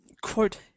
Quote